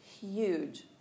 huge